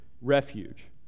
refuge